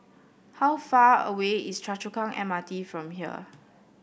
how far away is Choa Chu Kang M R T from here